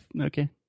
Okay